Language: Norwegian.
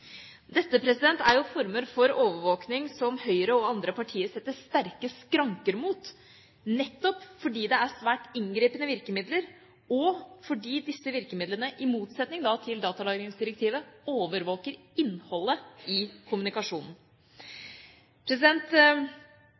Dette er jo former for overvåkning som Høyre og andre partier setter sterke skranker mot, nettopp fordi det er svært inngripende virkemidler og fordi disse virkemidlene i motsetning til datalagringsdirektivet, overvåker innholdet i kommunikasjonen.